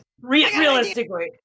realistically